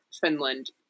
Finland